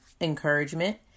encouragement